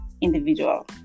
individual